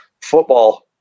football